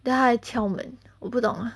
then 她还敲门我不懂 lah